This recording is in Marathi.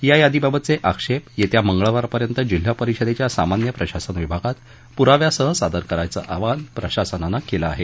या यादीबाबतचे आक्षेप येत्या मंगळवारपर्यंत जिल्हा परिषदेच्या सामान्य प्रशासन विभागात पुराव्यासह सादर करायचं आवाहन प्रशासनानं केलं आहे